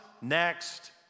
next